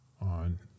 on